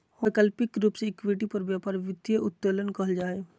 वैकल्पिक रूप से इक्विटी पर व्यापार वित्तीय उत्तोलन कहल जा हइ